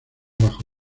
bajo